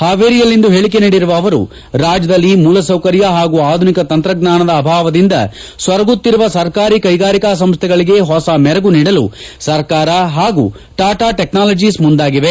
ಹಾವೇರಿಯಲ್ಲಿಂದು ಹೇಳಿಕೆ ನೀಡಿರುವ ಅವರು ರಾಜ್ಯದಲ್ಲಿ ಮೂಲಸೌಕರ್ಯ ಹಾಗೂ ಆಧುನಿಕ ತಂತ್ರಜ್ಞಾನದ ಅಭಾವದಿಂದ ಸೊರಗುತ್ತಿರುವ ಸರ್ಕಾರಿ ಕೈಗಾರಿಕಾ ಸಂಸ್ಥೆಗಳಿಗೆ ಹೊಸ ಮೆರಗು ನೀಡಲು ಸರ್ಕಾರ ಹಾಗೂ ಟಾಟಾ ಟೆಕ್ನಾಲಜೀಚ್ ಮುಂದಾಗಿವೆ